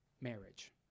marriage